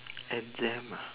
exam ah